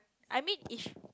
I mean is